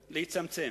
לצמצם,